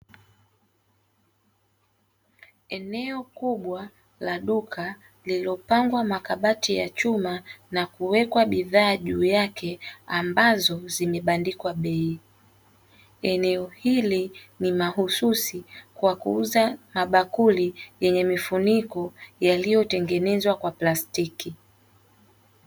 Eneo kubwa la duka lililopangwa makabati ya chuma na kuwekwa bidhaa juu yake ambazo zimebandikwa bei. Eneo hili ni mahususi kwa kuuza mabakuli yenye mifuniko yaliyotengenezwa kwa plastiki.